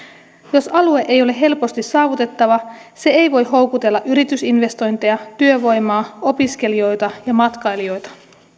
jos alue ei ole helposti saavutettava se ei voi houkutella yritysinvestointeja työvoimaa opiskelijoita ja matkailijoita